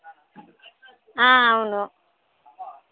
అవును